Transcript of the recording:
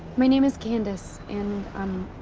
my name is candace, and, um,